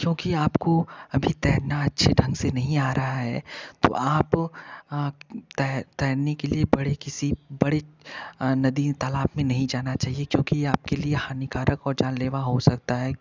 क्योंकि आपको अभी तैरना अच्छे ढंग से नहीं आ रहा है तो आप तैरने के लिए बड़े किसी बड़े नदी तालाब में नहीं जाना चाहिए क्योंकि ये आपके लिए हानिकारक और जानलेवा हो सकता है